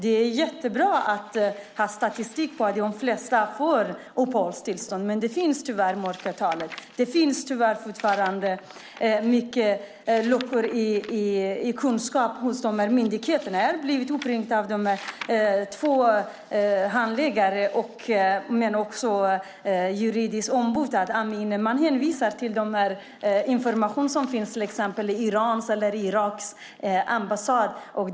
Det är jättebra att det finns statistik på att de flesta får uppehållstillstånd. Men det finns tyvärr ett mörkertal. Det finns fortfarande många luckor i kunskapen hos myndigheterna. Jag har blivit uppringd av två handläggare men också av juridiska ombud. Man hänvisar till information som finns till exempel hos Irans eller Iraks ambassad.